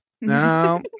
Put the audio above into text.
No